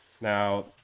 Now